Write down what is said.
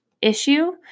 issue